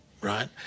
right